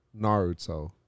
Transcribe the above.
Naruto